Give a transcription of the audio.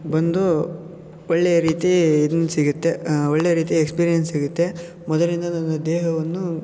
ಬಂದು ಒಳ್ಳೆಯ ರೀತಿ ಇದನ್ನ ಸಿಗುತ್ತೆ ಒಳ್ಳೆಯ ರೀತಿ ಎಕ್ಸ್ಪೀರಿಯನ್ಸ್ ಸಿಗುತ್ತೆ ಮೊದಲಿಂದನೂ ನನ್ನ ದೇಹವನ್ನು